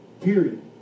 Period